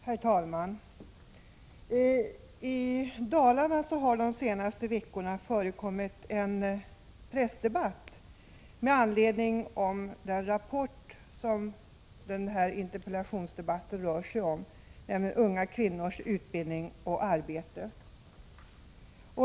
Herr talman! I Dalarna har de senaste veckorna förekommit en pressdebatt med anledning av den rapport som denna interpellationsdebatt rör sig om, nämligen ”Unga kvinnors utbildning och arbete”.